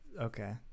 Okay